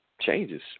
changes